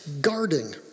guarding